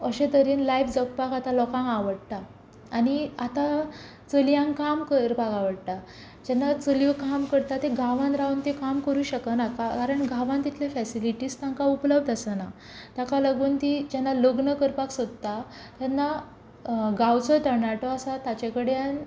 अशें तरेन लायफ जगपाक आतां लोकांक आवडटा आनी आतां चलयांक काम करपाक आवडटा जेन्ना चलयो काम करता तें गांवांत रावून काम करूंक शकना कारण गांवांत तितले फेसिलिटीज तांकां उपलब्ध आसना ताका लागून तीं जेन्ना लग्न करपाक सोदता तेन्ना गांवचो तरणाटो आसा ताचे कडेन